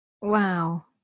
Wow